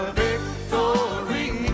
victory